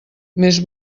més